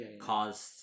caused